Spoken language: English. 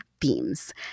themes